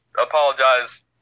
apologize